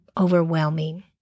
overwhelming